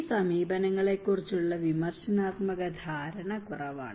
ഈ സമീപനങ്ങളെ കുറിച്ചുള്ള വിമർശനാത്മക ധാരണ കുറവാണ്